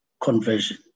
conversion